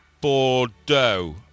Bordeaux